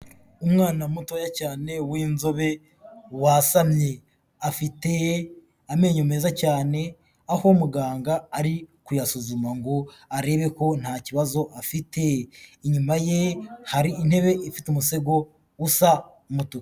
Umwana mutoya cyane w'inzobe wasamye, afite amenyo meza cyane aho muganga ari kuyasuzuma ngo arebe ko nta kibazo afite, inyuma ye hari intebe ifite umusego usa umutuku.